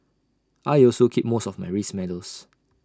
I also keep most of my race medals